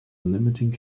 limiting